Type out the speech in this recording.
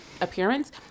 appearance